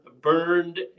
burned